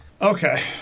Okay